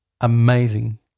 amazing